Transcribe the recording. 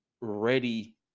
ready